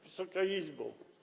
Wysoka Izbo!